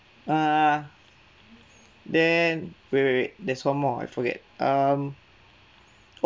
err then wait wait wait there's one more I forget um